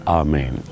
amen